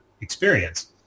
experience